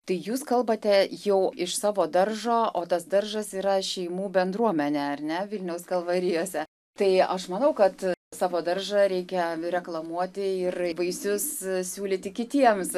tai jūs kalbate jau iš savo daržo o tas daržas yra šeimų bendruomenė ar ne vilniaus kalvarijose tai aš manau kad savo daržą reikia reklamuoti ir vaisius siūlyti kitiems